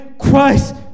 christ